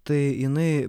tai jinai